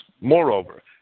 Moreover